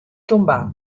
tombar